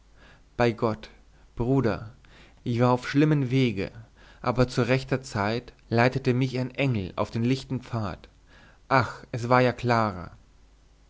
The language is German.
bei gott bruder ich war auf schlimmen wege aber zu rechter zeit leitete mich ein engel auf den lichten pfad ach es war ja clara